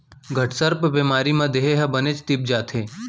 घटसर्प बेमारी म देहे ह बनेच तीप जाथे